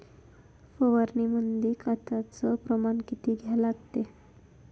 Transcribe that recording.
फवारनीमंदी खताचं प्रमान किती घ्या लागते?